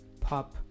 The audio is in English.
pop